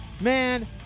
Man